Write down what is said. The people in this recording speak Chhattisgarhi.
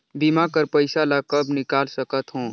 बीमा कर पइसा ला कब निकाल सकत हो?